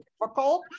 difficult